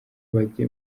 bage